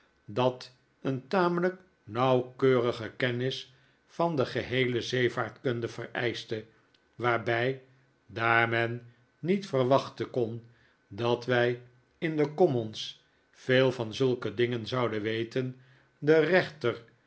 dat een tamelijk nauwkeurige kennis van de geheele zeevaartkunde vereischte waarbij daar men niet verwachten kon dat wij in de commons veel van zulke dingen zouden weten de rechter